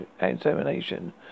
examination